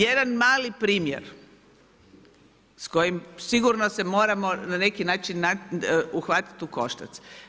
Jedan mali primjer s kojim sigurno se moramo na neki način uhvatiti u koštac.